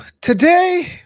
today